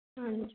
ਹਾਂਜੀ